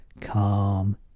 Calm